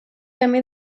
camí